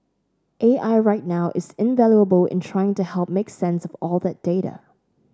A I right now is invaluable in trying to help make sense of all that data